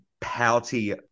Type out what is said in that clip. pouty